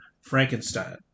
Frankenstein